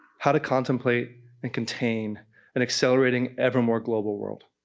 how to contemplate and contain an accelerating evermore global world.